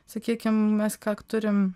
sakykim mes kak turim